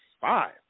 Five